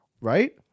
right